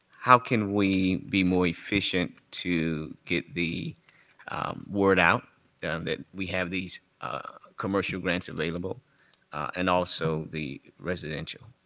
how can we be more efficient to get the word out that we have these commercial grants available and also the residential?